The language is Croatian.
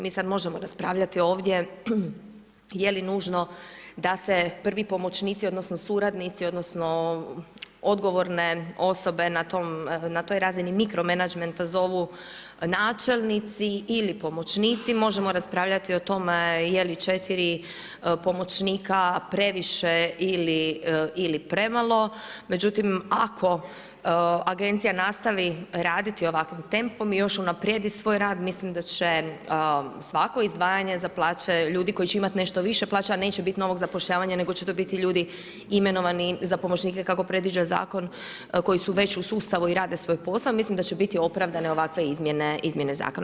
Mi sad možemo raspravljati ovdje je li nužno da se prvi pomoćnici odnosno suradnici odnosno odgovorne osobe na toj razini mikro menadžmenta zovu načelnici ili pomoćnici, možemo raspravljati o tome je li 4 pomoćnika previše ili premalo, međutim ako agencija nastavi raditi ovakvim tempom, još unaprijedi svoj rad, mislim da će svako izdvajanje za plaće ljudi koji će imati nešto više plaća a neće biti novog zapošljavanja, nego će to biti ljudi imenovani za pomoćnike kako predviđa zakon koji su već u sustavu i rade svoj posao, mislim da će biti opravdane ovakve izmjene zakona.